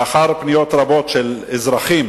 לאחר פניות רבות של אזרחים